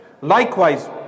Likewise